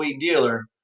dealer